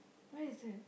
where is that